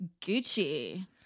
gucci